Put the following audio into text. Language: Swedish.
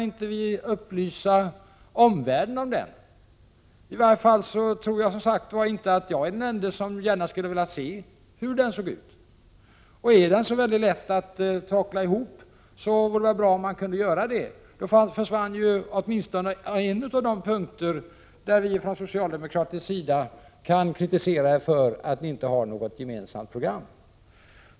I varje fall tror jag att jag inte är den ende som skulle vilja veta hur den ser ut. Om den är så väldigt lätt att tråckla ihop, vore det bra om ni kunde göra det. Då försvann åtminstone en av de punkter där vi socialdemokrater kan kritisera er för att ni inte har något gemensamt program.